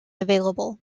available